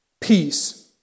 peace